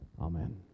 Amen